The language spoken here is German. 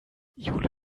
jule